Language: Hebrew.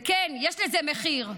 וכן, יש לזה מחיר.